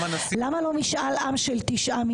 למה לא משאל עם של 9 מיליון?